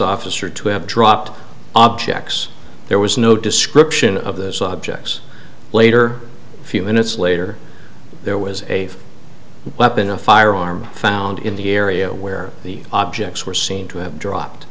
officer to have dropped objects there was no description of those objects later a few minutes later there was a weapon a firearm found in the area where the objects were seen to have dropped